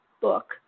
book